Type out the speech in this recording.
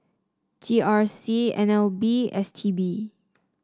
G R C N L B S T B